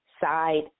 side